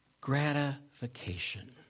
Gratification